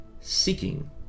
seeking